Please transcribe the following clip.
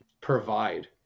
provide